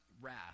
wrath